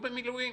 המילואים.